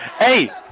Hey